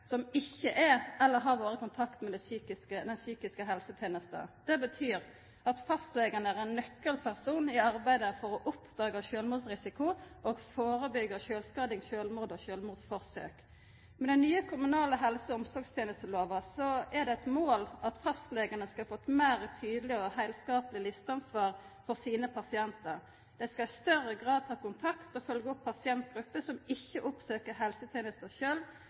som ikkje er eller har vore i kontakt med den psykiske helsetenesta. Det betyr at fastlegane er nøkkelpersonar i arbeidet for å oppdaga sjølvmordsrisiko og førebyggja sjølvskading, sjølvmord og sjølvmordsforsøk. Med den nye kommunale helse- og omsorgstenestelova er det eit mål at fastlegane skal få eit meir tydeleg og heilskapleg listeansvar for sine pasientar. Dei skal i større grad ta kontakt og følgja opp pasientgrupper som ikkje oppsøkjer helsetenesta